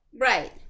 Right